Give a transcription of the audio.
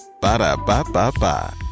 Ba-da-ba-ba-ba